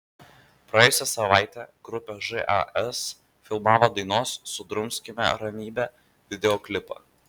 praėjusią savaitę grupė žas filmavo dainos sudrumskime ramybę videoklipą